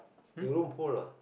your room full ah